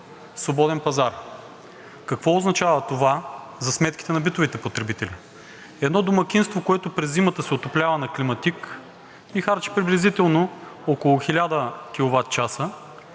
Какво означава това за сметките на битовите потребители? Едно домакинство, което през зимата се отоплява на климатик и харчи приблизително около 1000 киловатчаса,